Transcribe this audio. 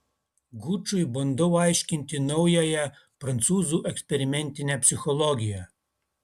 gučui bandau aiškinti naująją prancūzų eksperimentinę psichologiją